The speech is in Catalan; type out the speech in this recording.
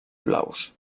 blaus